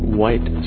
white